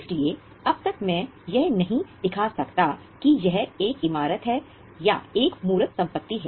इसलिए अब तक मैं यह नहीं दिखा सकता कि यह एक इमारत है या एक मूर्त संपत्ति है